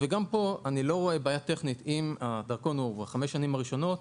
גם כאן אני לא רואה בעיה טכנית אם הדרכון הוא ב-5 השנים הראשונות.